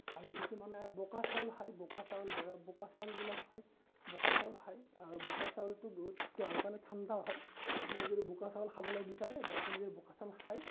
আৰু কিছুমানে বোকা চাউল খায় বোকা চাউল বোকা চাউলবিলাক খায় বোকা চাউল খায় আৰু বোকা চাউলটো বহুত দেহৰ কাৰণে ঠাণ্ডাও হয় আপুনি যদি বোকা চাউল খাবলৈ বিচাৰে বা আপুনি যদি বোকা চাউল খায়